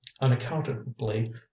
unaccountably